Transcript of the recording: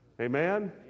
amen